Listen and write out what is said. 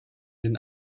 den